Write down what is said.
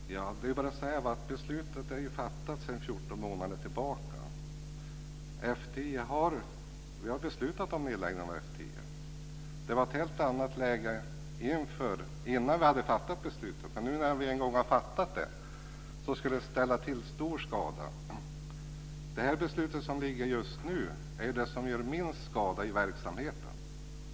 Fru talman! Jag vill bara säga att beslutet är fattat sedan 14 månader tillbaka. Vi har beslutat om nedläggning av F 10. Det var ett helt annat läge innan vi hade fattat beslutet, och när vi nu en gång har fattat det skulle det ställa till stor skada att riva upp det. Det beslut som ligger just nu är det som gör minst skada i verksamheten.